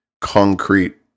concrete